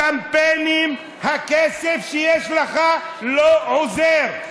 הקמפיינים, הכסף שיש לך לא עוזר.